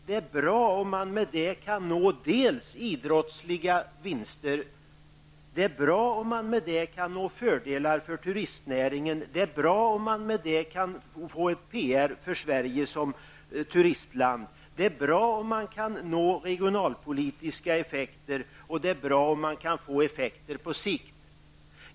Det är bra om man med det kan nå idrottsliga vinster, fördelar för turistnäringen, PR för Sverige som turistland, regionalpolitiska effekter och effekter på sikt.